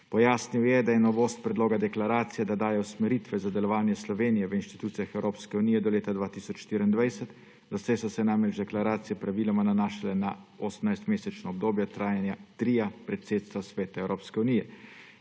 Pojasnil je, da je novost predloga deklaracije, da daje usmeritve za delovanje Slovenije v institucijah Evropske unije do leta 2024, doslej so se namreč deklaracije praviloma nanašale na 18-mesečno obdobje trajanja tria predsedstva Svetu Evropske unije.